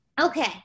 Okay